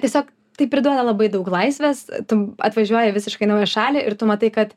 tiesiog tai priduoda labai daug laisvės tu atvažiuoji į visiškai naują šalį ir tu matai kad